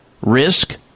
risk